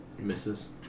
Misses